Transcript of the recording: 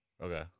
Okay